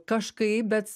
kažkaip bet